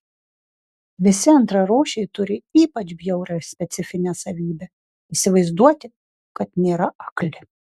visi antrarūšiai turi ypač bjaurią specifinę savybę įsivaizduoti kad nėra akli